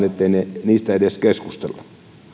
ettei niistä edes keskustella